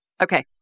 Okay